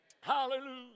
hallelujah